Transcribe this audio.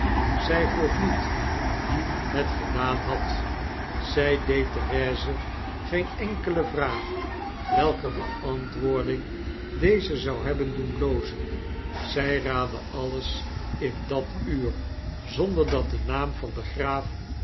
zy vroeg niet wie het gedaan had zy deed therese geen enkele vraag welker beantwoording deze zou hebben doen blozen zij raadde alles in dat uur zonder dat de naam van den graaf